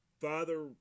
Father